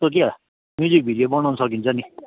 त्यसको क्या music video बनाउन सकिन्छ नि